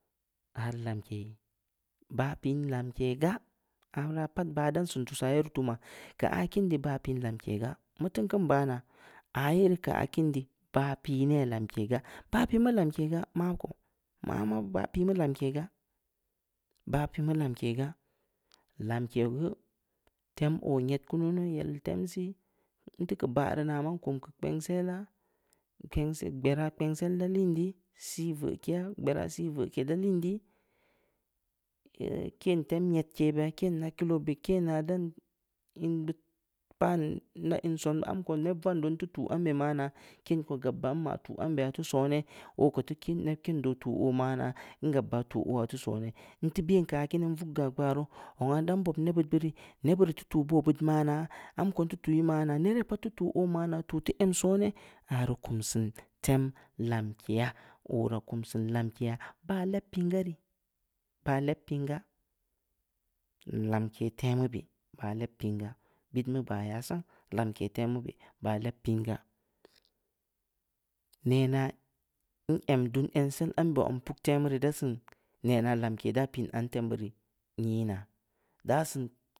Aah rii lamkei? Baah piin lamke gaa, aah beu raa pat baah dan seun tuusaa ye rii tuuma, keu aah kiin dii baah piin lamke gaa, mu teun keun baa naa, aah ye rii keu aah kiin dii, baah pii neh lamke gaa, baah pii mu lamke gaa, maa ko, mah-mah baah pii mu lamke gaa, haah pii mu lamke gaa, lamke geu, tem oo nyed kunu, neh oo yellnm tem sii, nteu keu baah rii na mah nkum keu kpensella, kpensel, gberaa kpensgsel da liin dii, sii veuke ya, gbera sii veuke daa liin di, ken tem nyedke beya, ken hakilo beh, kena dan in beud pan'n nda in son beud, amko nda neb vando nteu tuu ambe beud manaa, ken ko gab yaa, nma tuu ambe ya teu soneh, oo ko teu neb kendo ytuu oo maa naah, ngab ya tuu oo aah teu soneh, nteu ben keu aah kiini, nvug ya gbaruu, zong aah nda bob nebbud beu rii, nebbeud ii tuu boo beud maa naa, am ko nteu tuu ambe maa naa, nere geu pat teu tuu oo maa naa, tuu teu em soneh, aah rii kum seun tem lamkeya, oo raa kum siin lamkeya, aah baah leb piin gaa rii, baah lebpiin gaa, lamke temu beh, baah leb piin gaa, bit mu baa yaaa sang, lamke temu beh baah leb piin gaa, nenaa, n'em dun emsel ambe zong puk temu rii, da siin nena lamke da piin am temu rii niynaa, da siin